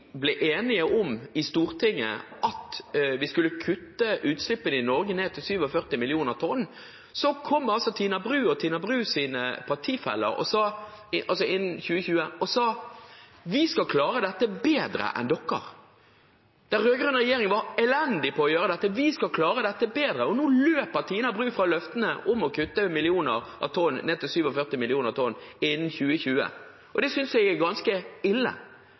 ble enige om at vi skulle kutte utslippene i Norge ned til 47 millioner tonn innen 2020, kom Tina Bru og hennes partifeller og sa: Vi skal klare dette bedre enn dere. Den rød-grønne regjeringen var elendige til å gjøre dette. Vi skal klare dette bedre. Nå løper Tina Bru fra løftene om å kutte millioner av tonn – ned til 47 millioner tonn – innen 2020. Det synes jeg er ganske ille,